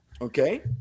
okay